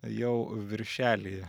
jau viršelyje